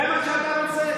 זה מה שאתה רוצה?